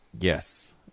Yes